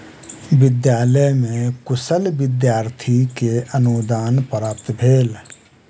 विद्यालय में कुशल विद्यार्थी के अनुदान प्राप्त भेल